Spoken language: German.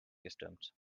gestimmt